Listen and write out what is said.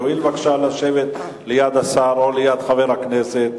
תואיל בבקשה לשבת ליד השר או ליד חבר הכנסת.